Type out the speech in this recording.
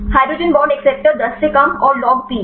hydrogen acceptor 10 से कम और लॉग पी log p